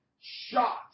shot